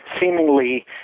seemingly